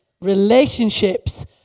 relationships